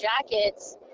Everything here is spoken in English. jackets